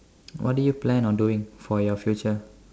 what do you plan on doing for your future